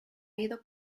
ido